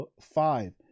five